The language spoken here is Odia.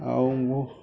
ଆଉ